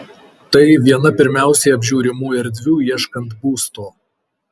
tai viena pirmiausiai apžiūrimų erdvių ieškant būsto